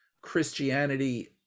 Christianity